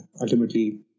ultimately